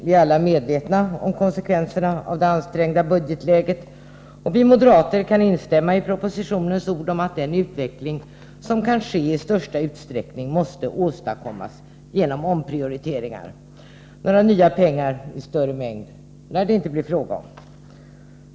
Vi är alla medvetna om konsekvenserna av det ansträngda budgetläget, och vi moderater kan instämma i propositionens ord om att den utveckling som kan ske i största utsträckning måste åstadkommas genom omprioriteringar. Några nya pengar i större mängd lär det inte bli fråga om.